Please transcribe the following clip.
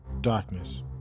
Darkness